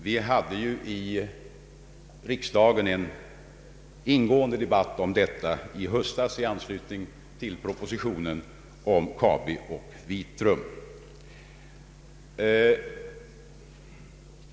Vi hade i riksdagen en ingående debatt om detta i höstas i anslutning till propositionen om KABI och Vitrum.